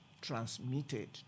transmitted